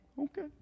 okay